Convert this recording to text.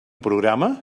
programa